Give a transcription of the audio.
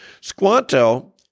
Squanto